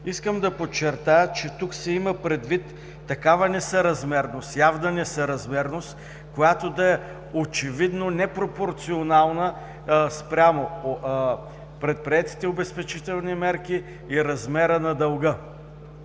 Искам да подчертая, че тук се има предвид такава явна несъразмерност, която да е очевидно непропорционална спрямо предприетите обезпечителни мерки и размера на дълга.